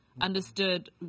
understood